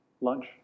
Lunch